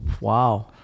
wow